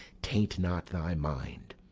taint not thy mind,